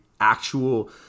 actual